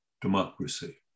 democracy